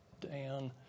Dan